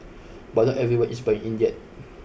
but not everyone is buying in yet